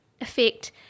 effect